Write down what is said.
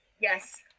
Yes